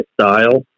style